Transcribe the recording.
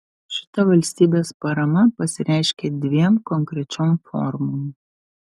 šita valstybės parama pasireiškia dviem konkrečiom formom